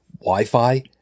Wi-Fi